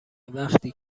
وقتی